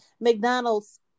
McDonald's